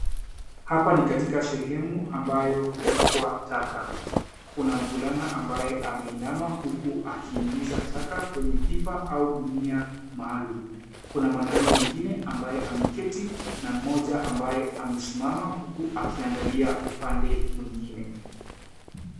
Hapa ni katika sehemu ambayo hutupwa taka. Kuna mvulana ambaye ameinama huku akiingiza taka kwenye pipa au gunia maalum. Kuna mwanaume mwingine ambaye ameketi na mmoja ambaye amesimama huku akiangalia upande mwingine.